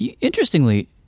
Interestingly